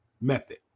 method